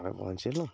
ଆମେ ପହଞ୍ଚିଲୁ